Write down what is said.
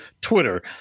twitter